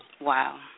Wow